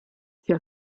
sia